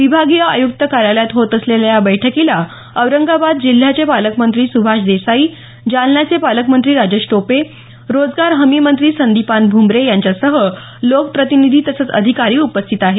विभागीय आयुक्त कार्यालयात होत असलेल्या या बैठकीला औरंगाबाद जिल्ह्याचे पालकमंत्री सुभाष देसाई जालन्याचे पालकमंत्री राजेश टोपे रोजगार हमी मंत्री संदिपान भ्मरे यांच्यासह लोकप्रतिनिधी तसंच अधिकारी उपस्थित आहेत